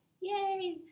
yay